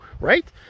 right